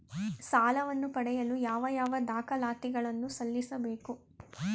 ಸಾಲವನ್ನು ಪಡೆಯಲು ಯಾವ ಯಾವ ದಾಖಲಾತಿ ಗಳನ್ನು ಸಲ್ಲಿಸಬೇಕು?